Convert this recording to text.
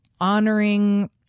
honoring